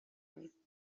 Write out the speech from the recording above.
داریم